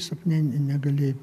sapne ne negali